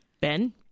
Ben